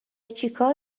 چیکار